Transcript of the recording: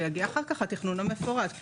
ואחר כך התכנון המפורט.